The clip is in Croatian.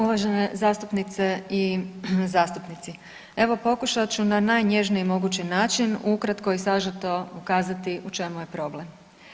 Uvažene zastupnice i zastupnici, evo pokušat ću na najnježniji mogući način ukratko i sažeto ukazati u čemu je problem.